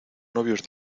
novios